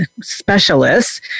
specialists